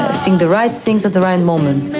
sing the right things at the right moment.